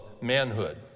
manhood